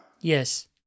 Yes